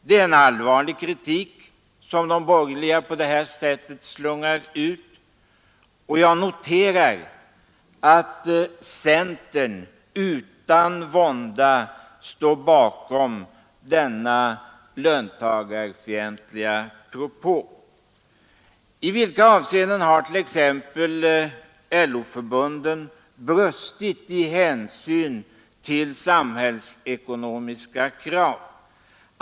Det är en allvarlig kritik som de borgerliga på detta sätt slungar ut, och jag noterar att centern utan vånda står bakom denna löntagarfientliga propå. I vilka avseenden har t.ex. LO-förbunden brustit i hänsyn till samhällsekonomiska krav?